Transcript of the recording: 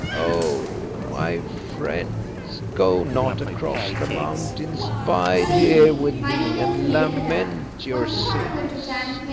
oh! my friends, go not across the mountains bide here with me and lament your sins.